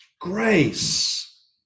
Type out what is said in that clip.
grace